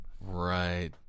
Right